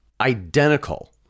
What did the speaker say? identical